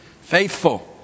Faithful